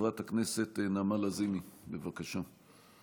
חברת הכנסת נעמה לזימי, בבקשה.